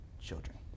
children